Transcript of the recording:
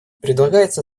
предлагается